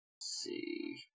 see